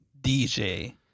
DJ